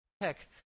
Heck